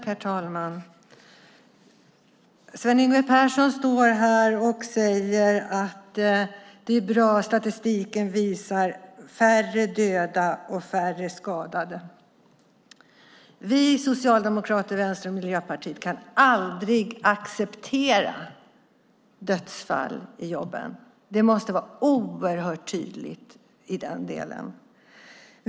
Herr talman! Sven Yngve Persson står här och säger att det är bra att statistiken visar på färre döda och färre skadade. Vi i Socialdemokraterna, Vänstern och Miljöpartiet kan aldrig acceptera dödsfall i jobben. Det måste vara oerhört tydligt.